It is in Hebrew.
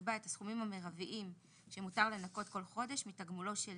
יקבע את הסכומים המרביים שמותר לנכות כל חודש מתגמוליו של